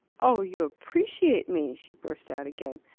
oh, you appreciate me! she burst out again.